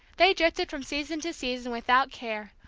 they drifted from season to season without care,